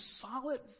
solid